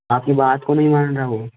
आपकी बात क्यों नहीं मान रहा वो